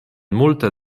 multe